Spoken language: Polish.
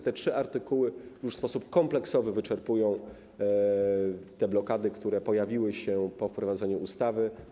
Te trzy artykuły w sposób kompleksowy wyczerpują blokady, które pojawiły się po wprowadzeniu ustawy.